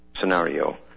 scenario